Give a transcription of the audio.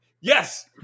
Yes